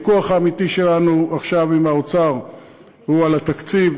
הוויכוח האמיתי שלנו עכשיו עם האוצר הוא על התקציב,